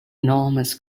enormous